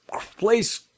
place